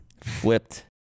flipped